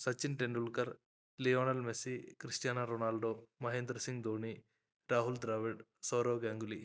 Sachin Tendulkar Lionel Messi Cristiano Ronaldo Mahendra Singh Dhoni Rahul Dravid Sourav Ganguly